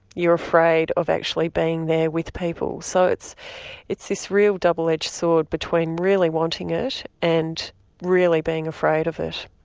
you're afraid of actually being there with people. so it's it's this real double-edged sword between really wanting it and really being afraid of it.